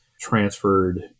transferred